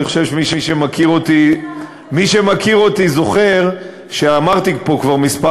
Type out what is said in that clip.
אבל אני חושב שמי שמכיר אותי זוכר שאמרתי פה כבר כמה